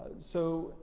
so,